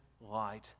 light